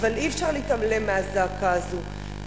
אבל אי-אפשר להתעלם מהזעקה הזאת,